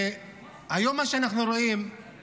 מה שאנחנו רואים היום זה